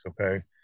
okay